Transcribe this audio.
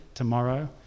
tomorrow